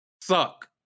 suck